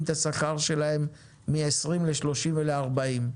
את השכר שלהם מעשרים אלף לשלושים ולארבעים,